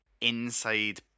inside